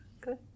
good